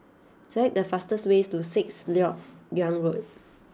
select the fastest way to Sixth Lok Yang Road